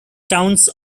towns